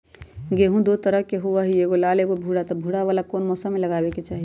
गेंहू दो तरह के होअ ली एगो लाल एगो भूरा त भूरा वाला कौन मौसम मे लगाबे के चाहि?